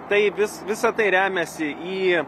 tai vis visa tai remiasi į